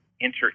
enter